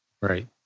Right